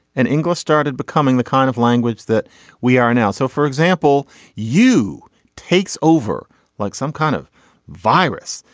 and english started becoming the kind of language that we are now. so for example you takes over like some kind of virus.